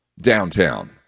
downtown